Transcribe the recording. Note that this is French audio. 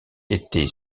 était